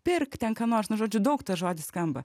pirk ten ką nors nu žodžiu daug tas žodis skamba